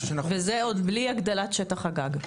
שאנחנו --- וזה עוד בלי הגדלת שטח הגג,